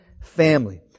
family